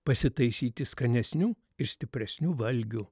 pasitaisyti skanesnių ir stipresnių valgių